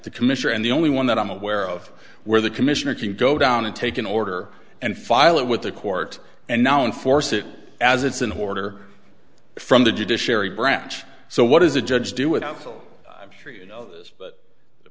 the commissioner and the only one that i'm aware of where the commissioner can go down and take an order and file it with the court and now enforce it as it's an order from the judiciary branch so what is a judge do with uncle i'm sure you know this but